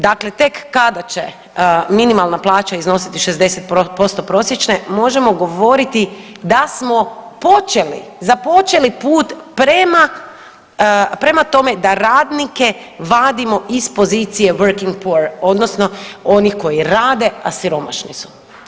Dakle, tek kada će minimalna plaća iznositi 60% prosječne možemo govoriti da smo počeli, započeli put prema tome da radnike vadimo iz pozicije working poor, odnosno onih koji rade, a siromašni su.